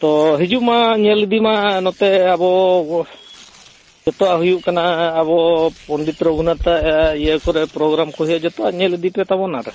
ᱛᱚ ᱦᱤᱡᱩᱜᱢᱟ ᱧᱮᱞ ᱤᱫᱤᱢᱟ ᱱᱚᱛᱮ ᱟᱵᱚ ᱡᱚᱛᱚᱣᱟᱜ ᱦᱩᱭᱩᱜ ᱠᱟᱱᱟ ᱟᱵᱚ ᱯᱚᱰᱤᱛ ᱨᱚᱜᱷᱩᱱᱟᱛᱟᱜ ᱤᱭᱟᱹ ᱠᱚᱨᱮᱜ ᱯᱨᱳᱜᱨᱟᱢ ᱠᱚᱨᱮ ᱡᱳᱛᱚᱣᱟᱜ ᱧᱮᱞ ᱤᱫᱤ ᱯᱮ ᱛᱟᱵᱚᱱ ᱟᱨ